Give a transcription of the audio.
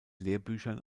lehrbüchern